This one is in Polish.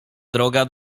droga